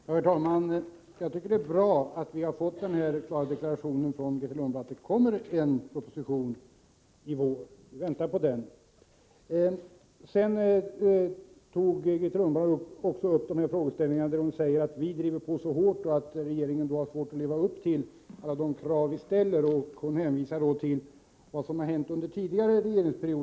Herr talman! Jag tycker att det är bra att vi har fått en deklaration från Grethe Lundblad om att det kommer en proposition i vår. Vi väntar på den. Grethe Lundblad sade också att vi driver på så hårt att regeringen har svårt att leva upp till alla de krav vi ställer, och hon hänvisade till vad som hänt under tidigare regeringsperioder.